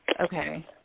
Okay